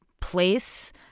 place